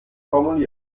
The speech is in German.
formuliert